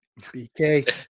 BK